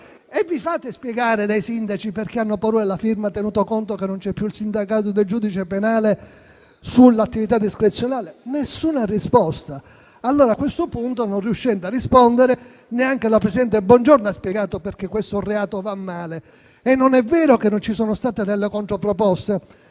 Vi fate spiegare dai sindaci perché hanno paura della firma, tenuto conto che non c'è più il sindacato del giudice penale sull'attività discrezionale? Nessuna risposta. A questo punto, non riuscendo a rispondere, neanche la presidente Bongiorno ha spiegato perché questo reato vada male. Non è vero che non ci sono state controproposte,